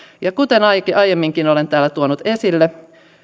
kuten aiemminkin olen täällä tuonut esille